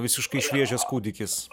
visiškai šviežias kūdikis